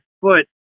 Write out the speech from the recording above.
foot